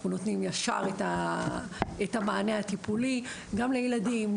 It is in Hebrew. אנחנו נותנים ישר את המענה הטיפולי גם לילדים,